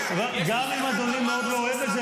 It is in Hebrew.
גם אם אדוני מאוד לא אוהב את זה,